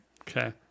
Okay